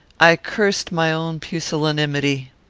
i cursed my own pusillanimity.